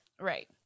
right